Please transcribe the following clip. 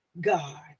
God